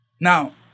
Now